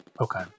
Okay